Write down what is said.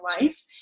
life